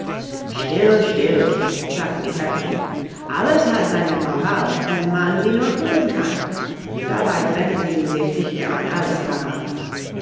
still still kind sagte die herzogin alles hat seine moral wenn man sie nur finden kann dabei drängte sie sich dichter an alice heran